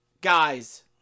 Guys